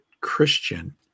Christian